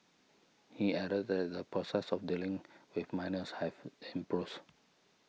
he added that the process of dealing with minors have